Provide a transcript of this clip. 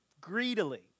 greedily